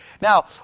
Now